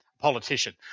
politician